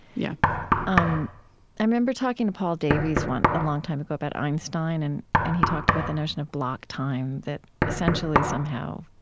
yeah um i remember talking to paul davies a long time ago about einstein, and and he talked about the notion of block time, that essentially, somehow,